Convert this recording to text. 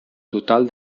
total